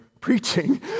preaching